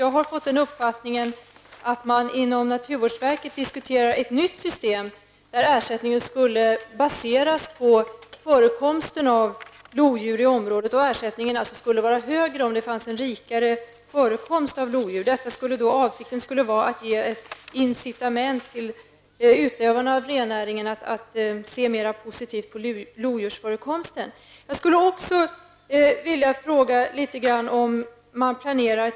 Jag har fått den uppfattningen att man inom naturvårdsverket diskuterar ett nytt system, där ersättningen baseras på förekomsten av lodjur. Ersättningen blir alltså högre om förekomsten av lodjur i området är stor. Avsikten är att ge ett incitament till utövarna av rennäringen att se mera positivt på förekomsten av lodjur.